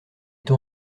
ton